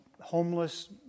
homeless